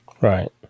Right